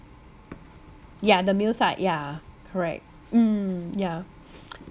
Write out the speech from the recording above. ya the male side yeah correct mm yeah